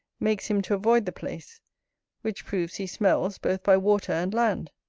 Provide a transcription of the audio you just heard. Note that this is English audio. makes him to avoid the place which proves he smells both by water and land.